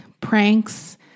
pranks